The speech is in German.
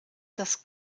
das